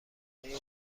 این